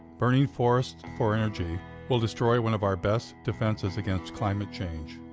burning forests for energy will destroy one of our best defenses against climate change.